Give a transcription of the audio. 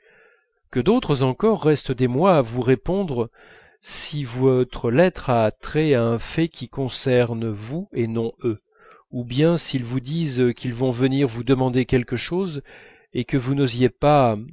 que d'autres encore restent des mois à vous répondre si votre lettre a trait à un fait qui concerne vous et non eux ou bien s'ils vous disent qu'ils vont venir vous demander quelque chose et que vous n'osiez pas